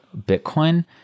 Bitcoin